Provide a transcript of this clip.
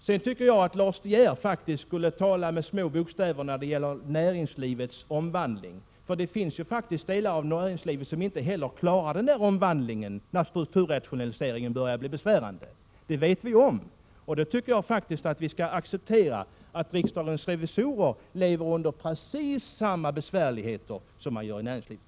Sedan tycker jag faktiskt att Lars De Geer skulle tala med små bokstäver när det gäller näringslivets omvandling, eftersom det finns delar av näringslivet som inte heller klarar omvandlingen när strukturrationaliseringen börjar bli besvärande. Det vet vi. Och jag tycker att vi skall acceptera att riksdagens revisorer har precis samma besvärligheter som näringslivet.